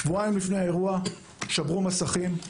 שבועיים לפני האירוע שברו מסכים,